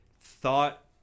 thought